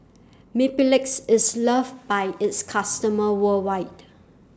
Mepilex IS loved By its customers worldwide